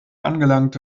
angelangt